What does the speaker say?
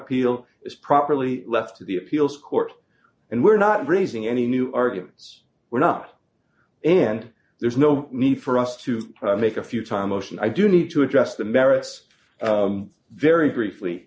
appeal is properly left to the appeals court and we're not raising any new arguments we're not and there's no need for us to make a few time motion i do need to address the maris very briefly